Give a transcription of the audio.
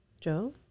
Joe